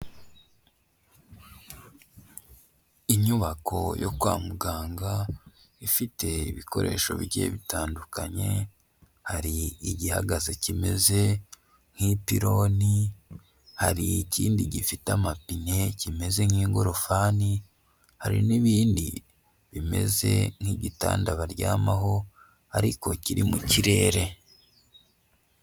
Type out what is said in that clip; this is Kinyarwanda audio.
Inyubako yo kwa muganga ifite ibikoresho bigiye bitandukanye, hari igihagaze kimeze nk'ipironi, hari ikindi gifite amapine kimeze nk'ingorofani, hari n'ibindi bimeze nk'igitanda baryamaho ariko kiri mu kirere.